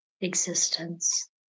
existence